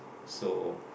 so